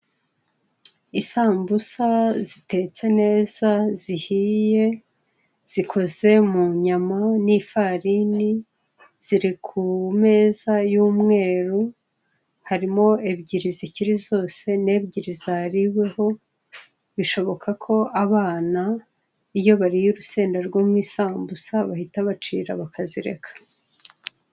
Isambusa zitetse neza zihiye zikoze mu nyama n'ifarini ziri ku meza y'umweru harimo ebyiri zikiri zose n'ebyiri zariweho bishoboka ko abana iyo bariye urusenda rwo m'isambusa bahita bacira bakazireka